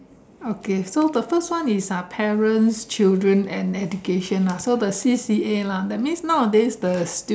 okay so the first one is uh parents children and education lah so the C_C_A lah that means nowadays the